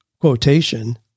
quotation